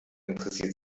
interessiert